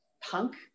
punk